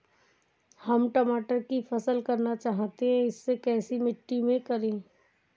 हम टमाटर की फसल करना चाहते हैं इसे कैसी मिट्टी में करें?